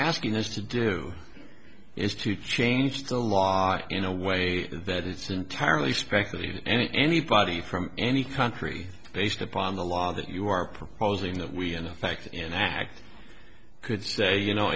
asking us to do is to change the law in a way that it's entirely speculative anybody from any country based upon the law that you are proposing that we in effect in act could say you know